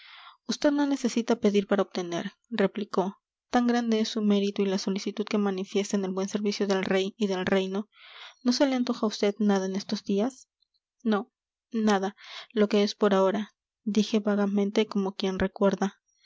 usted no necesita pedir para obtener replicó tan grande es su mérito y la solicitud que manifiesta en el buen servicio del rey y del reino no se le antoja a vd nada en estos días no nada lo que es por ahora dije vagamente como quien recuerda